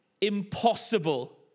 impossible